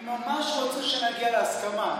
אני ממש רוצה שנגיע להסכמה.